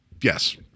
Yes